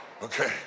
Okay